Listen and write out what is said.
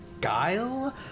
guile